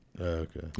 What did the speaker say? okay